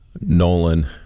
Nolan